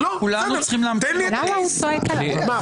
למה אתה צועק עליו?